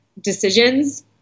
decisions